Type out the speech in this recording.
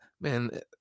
Man